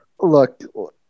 Look